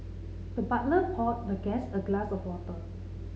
the butler poured the guest a glass of water